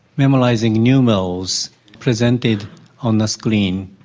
memorising numerals presented on the screen.